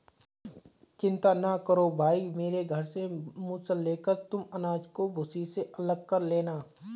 चिंता ना करो भाई मेरे घर से मूसल लेकर तुम अनाज को भूसी से अलग कर लेना